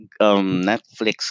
Netflix